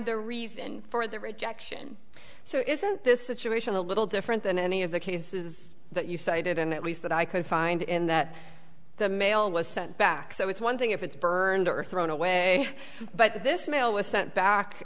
the reason for the rejection so isn't this situation a little different than any of the cases that you cited and at least that i could find in that the mail was sent back so it's one thing if it's burned or thrown away but this mail was sent back